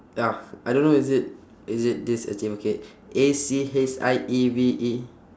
ya I don't know is it is it this achieve okay A C H I E V E